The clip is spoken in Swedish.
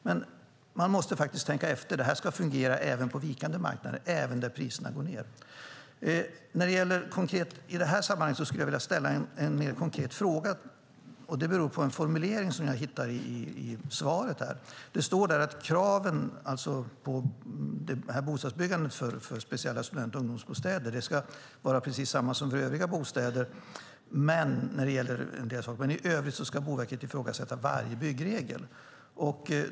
Men man måste tänka efter. Det här ska fungera även på vikande marknader, även när priserna går ned. I det här sammanhanget skulle jag vilja ställa en mer konkret fråga, och det beror på en formulering som jag har hittat i svaret. Det står där att kraven på bostadsbyggandet av speciella student och ungdomsbostäder ska vara precis samma som för övriga bostäder, men i övrigt ska Boverket ifrågasätta varje byggregel.